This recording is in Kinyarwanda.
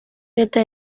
leta